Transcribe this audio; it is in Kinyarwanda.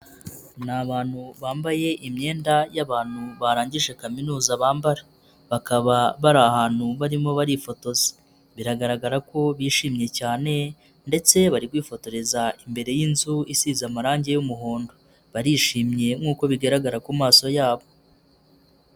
Ni abantu bambaye imyenda y'abantu barangije kaminuza bambara, bakaba bari ahantu barimo barifotoza, biragaragara ko bishimye cyane ndetse bari kwifotoreza imbere y'inzu isize amarangi y'umuhondo, barishimye nk'uko bigaragara ku maso yabo.